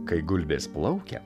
kai gulbės plaukia